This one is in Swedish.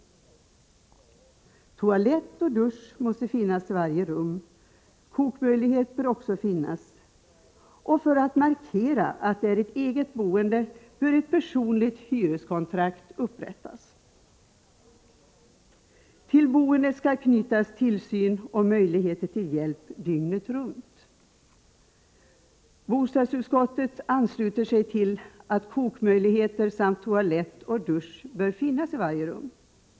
Toalett och dusch måste finnas till varje rum. Kokmöjlighet bör också finnas. För att markera att det är fråga om ett eget boende bör man upprätta ett personligt hyreskontrakt. Till boendet skall knytas tillsyn och möjlighet till hjälp dygnet runt. Bostadsutskottet ansluter sig till uppfattningen att kokmöjligheter samt toalett och dusch bör finnas i varje rum.